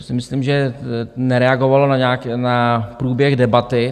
to si myslím, že nereagovalo na průběh debaty.